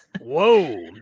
Whoa